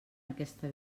aquesta